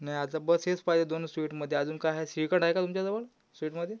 नाही आता बस हेच पाहिजे दोनच स्वीटमध्ये अजून काय आहे श्रीखंड आहे का तुमच्याजवळ स्वीटमध्ये